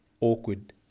awkward